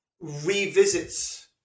revisits